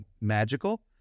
magical